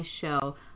show